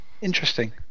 interesting